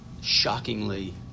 shockingly